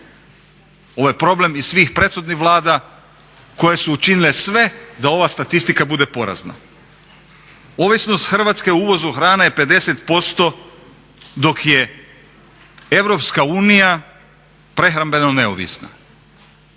ovo je problem i svih prethodnih Vlada koje su učinile sve da ova statistika bude porazna. Ovisnost Hrvatske o uvozu hrane je 50% dok je EU prehrambeno neovisna.